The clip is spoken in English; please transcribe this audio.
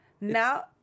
now